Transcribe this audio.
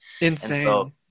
Insane